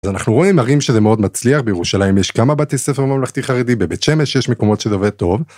אנחנו רואים ערים שזה מאוד מצליח בירושלים יש כמה בתי ספר ממלכתי חרדי בבית שמש יש מקומות שזה עובד טוב.